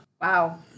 Wow